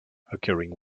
occurring